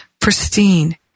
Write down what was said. pristine